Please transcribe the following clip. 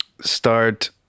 Start